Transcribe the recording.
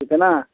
ठीक है ना